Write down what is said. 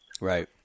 Right